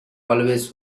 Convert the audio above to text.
always